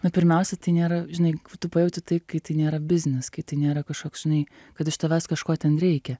na pirmiausia tai nėra žinai tu pajauti tai kai tai nėra biznis kai tai nėra kažkoks žinai kad iš tavęs kažko ten reikia